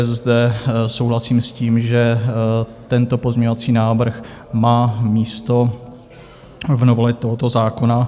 Zde souhlasím s tím, že tento pozměňovací návrh má místo v novele tohoto zákona.